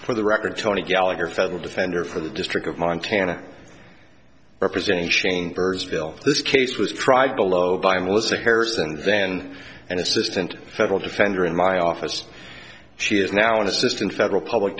for the record tony gallagher federal defender for the district of montana representing shane birdsville this case was tried below by melissa harris and then an assistant federal defender in my office she is now an assistant federal public